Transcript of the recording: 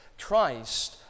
Christ